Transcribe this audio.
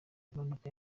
mpanuka